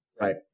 Right